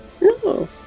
no